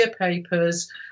papers